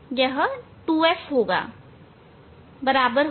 यह 2F होगा जो बराबर होगा